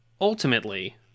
Ultimately